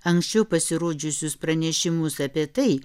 anksčiau pasirodžiusius pranešimus apie tai